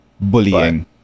bullying